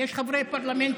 יש חברי פרלמנט